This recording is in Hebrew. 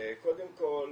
קודם כל